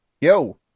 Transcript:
Yo